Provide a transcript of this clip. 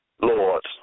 lords